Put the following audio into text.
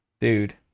Dude